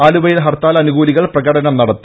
ആലുവയിൽ ഹർത്താൽ അനു കൂലികൾ പ്രകടനം നടത്തി